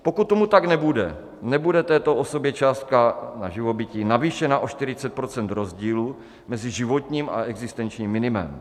Pokud tomu tak nebude, nebude této osobě částka na živobytí navýšena o 40 % rozdílu mezi životním a existenčním minimem.